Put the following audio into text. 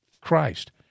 Christ